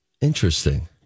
Interesting